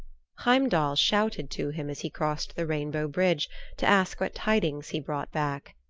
heimdall shouted to him as he crossed the rainbow bridge to ask what tidings he brought back.